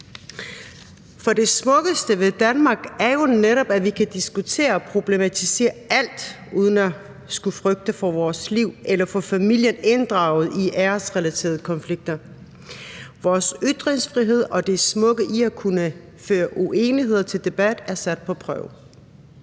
For det smukkeste ved Danmark er jo netop, at vi kan diskutere og problematisere alt uden at skulle frygte for vores liv eller for at få familien inddraget i æresrelaterede konflikter. Vores ytringsfrihed og det smukke i at kunne føre uenigheder til debat er sat på prøve.